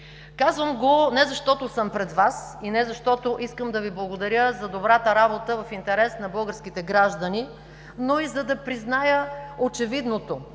Казвам го не, защото съм пред Вас и не, защото искам да Ви благодаря за добрата работа в интерес на българските граждани, но и за да призная очевидното.